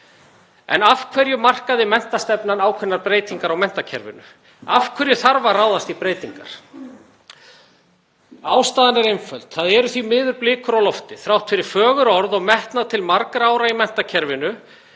En af hverju markaði menntastefnan ákveðnar breytingar á menntakerfinu? Af hverju þarf að ráðast í breytingar? Ástæðan er einföld: Það eru því miður blikur á lofti. Þrátt fyrir fögur orð og metnað til margra ára í menntakerfinu